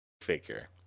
figure